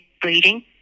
breeding